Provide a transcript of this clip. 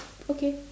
okay